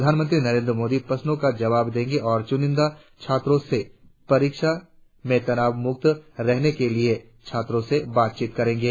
प्रधानमंत्री मोदी प्रश्नों का जवाब देंगे और चुनिंदा छात्रों से परीक्षा में तनावमुक्त रहने के लिए छात्रों से बातचीत करेंगे